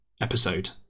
episode